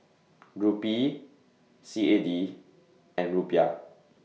Rupee C A D and Rupiah